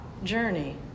journey